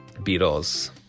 Beatles